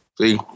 See